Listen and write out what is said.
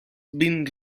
been